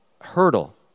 hurdle